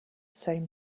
same